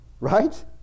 Right